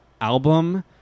album